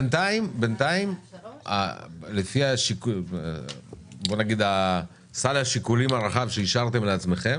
בינתיים לפי סל השיקולים הרחב שהשארתם לעצמכם